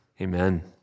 Amen